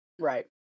Right